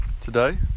today